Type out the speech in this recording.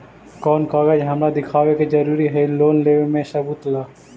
कौन कागज हमरा दिखावे के जरूरी हई लोन लेवे में सबूत ला?